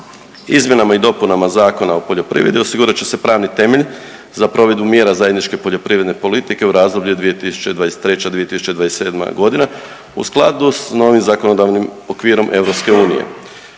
Izmjenama i dopunama Zakona o poljoprivredi osigurat će se pravni temelj za provedbu mjera zajedničke poljoprivredne politike u razdoblju 2023.-2027.g. u skladu s novim zakonodavnim okvirom EU.